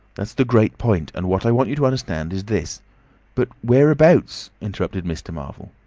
that's the great point. and what i want you to understand is this but whereabouts? interrupted mr. marvel.